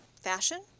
fashion